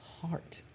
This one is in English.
heart